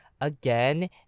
Again